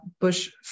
Bush